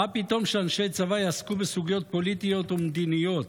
מה פתאום שאנשי צבא יעסקו בסוגיות פוליטיות ומדיניות?